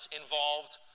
involved